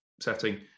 setting